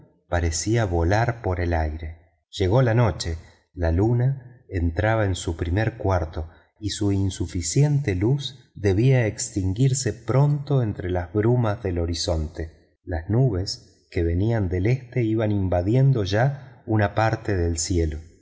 parecía volar por el aire llegó la noche la luna entraba en su primer cuarto y su insuficiente luz debía extinguirse pronto entre las brumas del horizonte las nubes que venían del este iban invadiendo ya una parte del cielo